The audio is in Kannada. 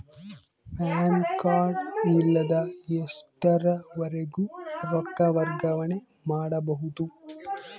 ಪ್ಯಾನ್ ಕಾರ್ಡ್ ಇಲ್ಲದ ಎಷ್ಟರವರೆಗೂ ರೊಕ್ಕ ವರ್ಗಾವಣೆ ಮಾಡಬಹುದು?